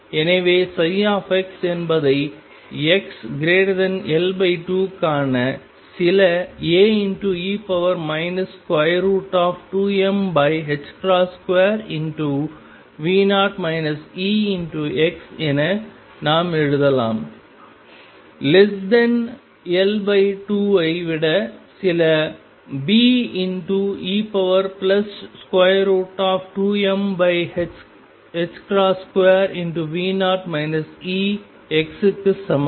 எனவே x என்பதை xL2 க்கான சில Ae 2m2V0 Ex என நாம் எழுதலாம் L2 ஐ விட சில Be2m2V0 Ex க்கு சமம்